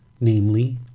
namely